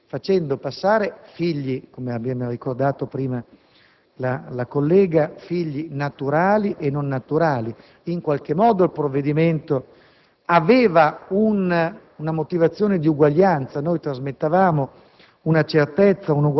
Non possiamo dimenticare che c'è stata una certezza di diritti affermata; non possiamo dimenticare che in qualche modo trasmettiamo un elemento di sicurezza, facendo passare il cognome